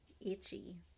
itchy